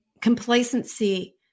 complacency